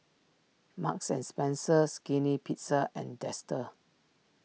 Marks and Spencer Skinny Pizza and Dester